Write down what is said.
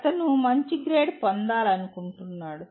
అతను మంచి గ్రేడ్ పొందాలనుకుంటున్నాడు